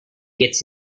gets